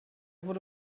wurde